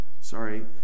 sorry